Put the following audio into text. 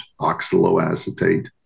oxaloacetate